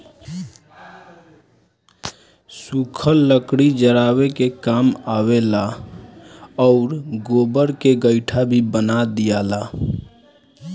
सुखल लकड़ी जरावे के काम आवेला आउर गोबर के गइठा भी बना दियाला